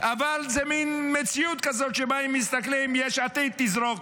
אבל זו מין מציאות כזו שבה הם מסתכלים אם יש עתיד תזרוק.